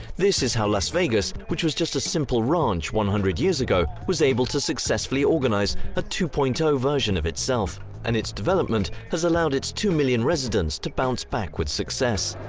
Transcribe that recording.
this is how las vegas, which was just a simple ranch one hundred years ago, was able to successfully organise a two point zero ah version of itself and its development has allowed its two million residents to bounce back with success.